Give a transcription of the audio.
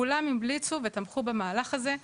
כולם המליצו ותמכו במהלך הזה,